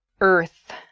earth